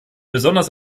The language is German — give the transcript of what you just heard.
besonders